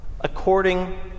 according